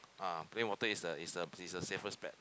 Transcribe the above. ah play water is the is the is the safest bet